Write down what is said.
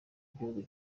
igihugu